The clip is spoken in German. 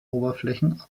oberflächen